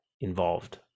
involved